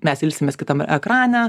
mes ilsimės kitam ekrane